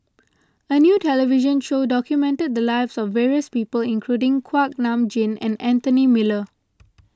a new television show documented the lives of various people including Kuak Nam Jin and Anthony Miller